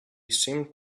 seemed